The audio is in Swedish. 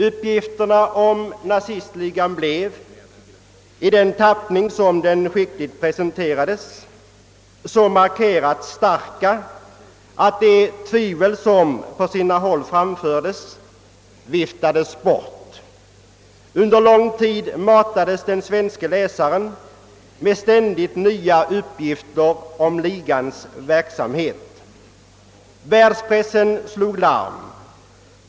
Uppgifterna om nazistligan blev — i den tappning som de skickligt presenterades — så starkt markerade att de tvivel som på sina håll framfördes viftades bort. Under lång tid matades den svenske läsaren med ständigt nya uppgifter om ligans verksamhet. Världspressen slog larm.